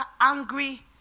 angry